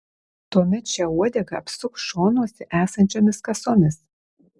tuomet šią uodegą apsuk šonuose esančiomis kasomis